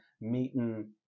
meeting